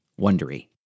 Wondery